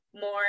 more